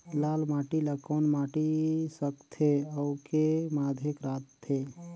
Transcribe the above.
लाल माटी ला कौन माटी सकथे अउ के माधेक राथे?